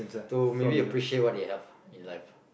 to maybe appreciate what they have in life lah